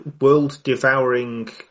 world-devouring